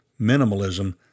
Minimalism